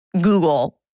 Google